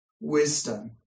Wisdom